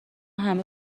همه